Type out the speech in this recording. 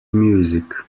music